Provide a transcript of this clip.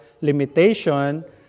limitation